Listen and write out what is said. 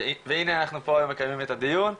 והנה אנחנו פה מקיימים את הדיון.